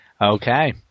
Okay